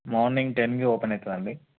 morning టెన్కి open అవుతుంది అండి